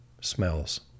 smells